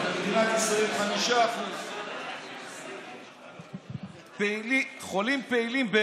ובמדינת ישראל 5%. חולים פעילים,